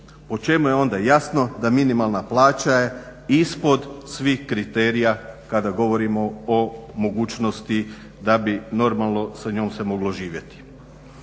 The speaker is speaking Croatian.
Po čemu je onda jasno da minimalna plaća je ispod svih kriterija kada govorimo o mogućnosti da bi normalno sa njom se moglo živjeti.